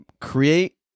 create